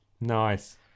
Nice